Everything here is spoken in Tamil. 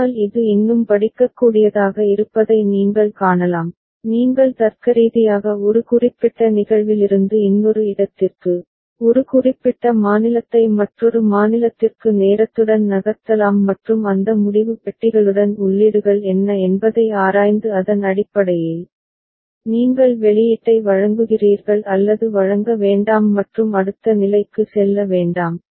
ஆனால் இது இன்னும் படிக்கக்கூடியதாக இருப்பதை நீங்கள் காணலாம் நீங்கள் தர்க்கரீதியாக ஒரு குறிப்பிட்ட நிகழ்விலிருந்து இன்னொரு இடத்திற்கு ஒரு குறிப்பிட்ட மாநிலத்தை மற்றொரு மாநிலத்திற்கு நேரத்துடன் நகர்த்தலாம் மற்றும் அந்த முடிவு பெட்டிகளுடன் உள்ளீடுகள் என்ன என்பதை ஆராய்ந்து அதன் அடிப்படையில் நீங்கள் வெளியீட்டை வழங்குகிறீர்கள் அல்லது வழங்க வேண்டாம் மற்றும் அடுத்த நிலைக்கு செல்ல வேண்டாம்